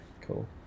cool